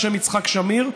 על שם יצחק שמיר,